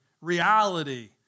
reality